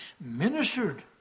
ministered